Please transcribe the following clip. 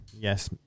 Yes